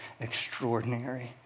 extraordinary